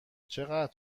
چقدر